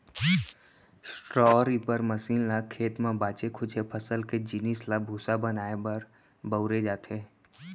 straw reaper machine ल खेत म बाचे खुचे फसल के जिनिस ल भूसा बनाए बर बउरे जाथे